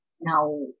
Now